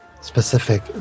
specific